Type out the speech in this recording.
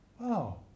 wow